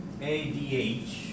ADH